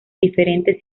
diferentes